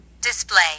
Display